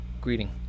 greeting